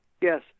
Yes